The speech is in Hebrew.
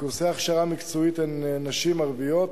בקורסי הכשרה מקצועית הם נשים ערביות,